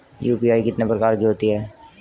UPI कितने प्रकार की होती हैं?